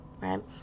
right